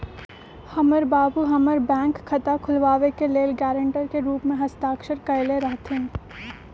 हमर बाबू हमर बैंक खता खुलाबे के लेल गरांटर के रूप में हस्ताक्षर कयले रहथिन